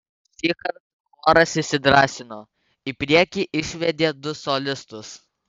šįkart choras įsidrąsino į priekį išvedė du solistus